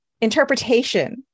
interpretation